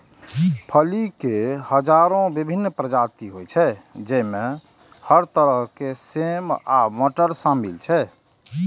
फली के हजारो विभिन्न प्रजाति होइ छै, जइमे हर तरह के सेम आ मटर शामिल छै